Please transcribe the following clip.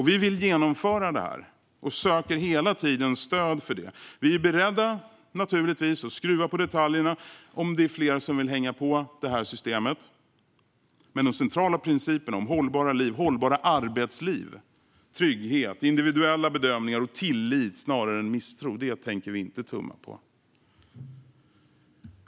Vi vill genomföra det här och söker hela tiden stöd för det. Vi är naturligtvis beredda att skruva på detaljerna om det är fler som vill hänga på systemet. Men de centrala principerna om hållbara liv, hållbara arbetsliv, trygghet, individuella bedömningar och tillit snarare än misstro tänker vi inte tumma på.